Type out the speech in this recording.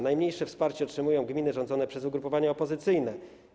Najmniejsze wsparcie otrzymują gminy rządzone przez ugrupowania opozycyjne.